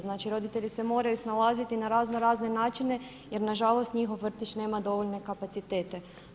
Znači, roditelji se moraju snalaziti na raznorazne načine jer nažalost njihov vrtić nema dovoljne kapacitete.